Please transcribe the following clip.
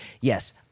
yes